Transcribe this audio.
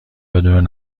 بدون